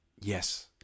Yes